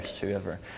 whoever